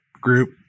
group